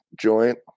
joint